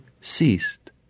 ceased